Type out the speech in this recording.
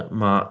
ma